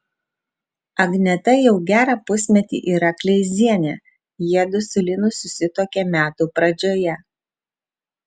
agneta jau gerą pusmetį yra kleizienė jiedu su linu susituokė metų pradžioje